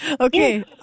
Okay